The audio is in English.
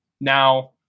Now